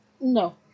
No